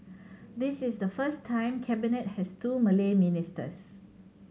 this is the first time Cabinet has two Malay ministers